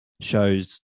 shows